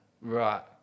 Right